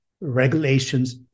regulations